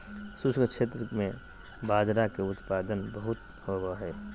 शुष्क क्षेत्र में बाजरा के उत्पादन बहुत होवो हय